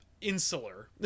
insular